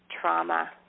trauma